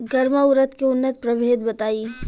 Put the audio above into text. गर्मा उरद के उन्नत प्रभेद बताई?